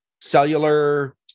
cellular